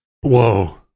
Whoa